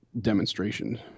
demonstration